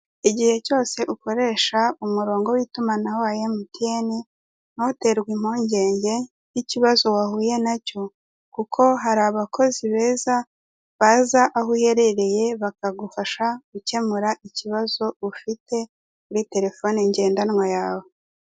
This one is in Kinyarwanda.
Igihe cyose ukoresha umurongo w'itumanaho wa MTN ntuterwe impungenge n'ikibazo wahuye nacyo kuko hari abakozi beza baza aho uherereye bakagufasha gukemura ikibazo ufite muri telefone ngendanwa yawe.